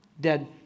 dead